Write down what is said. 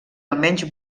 almenys